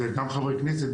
גם חברי כנסת,